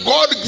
God